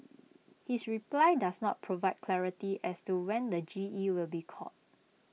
his reply does not provide clarity as to when the G E will be called